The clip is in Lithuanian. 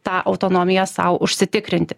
tą autonomiją sau užsitikrinti